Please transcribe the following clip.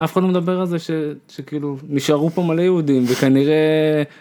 אף אחד לא מדבר על זה שכאילו נשארו פה מלא יהודים וכנראה.